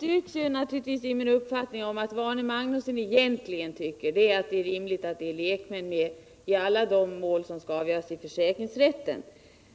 Herr talman! Jag styrks i min uppfattning att vad Arne Magnusson egentligen tycker är att det är rimligt att lekmän är med i alla de mål som skall avgöras i försäkringsrätten.